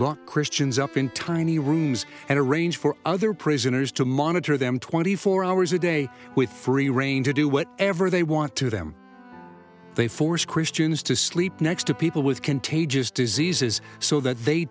look christians up in tiny rooms and arrange for other prisoners to monitor them twenty four hours a day with free reign to do what ever they want to them they force christians to sleep next to people with contagious diseases so that they